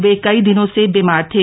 वे कई दिनों से बीमार थे